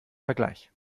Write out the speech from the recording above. vergleich